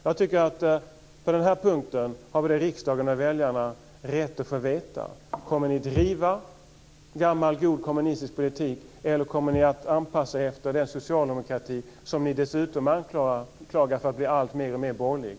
Jag tycker att på den här punkten har vi i riksdagen och väljarna rätt att få veta: Kommer ni att driva gammal god kommunistisk politik, eller kommer ni att anpassa er efter den socialdemokrati som ni dessutom anklagar för att bli alltmer borgerlig?